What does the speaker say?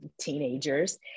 teenagers